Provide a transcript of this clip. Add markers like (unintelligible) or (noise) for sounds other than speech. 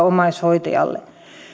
(unintelligible) omaishoitajalle